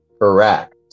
Correct